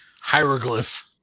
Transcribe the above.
hieroglyph